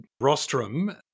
rostrum